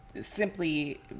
simply